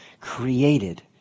created